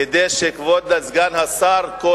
כדי שנוכל להשלים את המלאכה, כבוד סגן השר כהן,